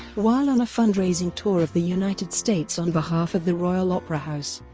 while on a fundraising tour of the united states on behalf of the royal opera house,